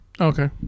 Okay